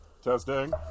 Testing